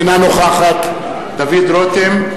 אינה נוכחת דוד רותם,